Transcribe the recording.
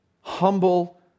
humble